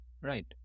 Right